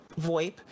VoIP